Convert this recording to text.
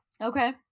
Okay